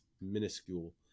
minuscule